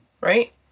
Right